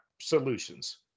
solutions